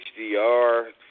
HDR